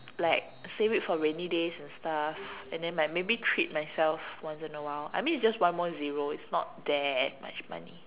like save it for rainy days and stuff and then maybe treat myself once in a while I mean it's just one more zero it's not that much money